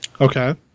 Okay